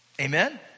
Amen